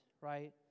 right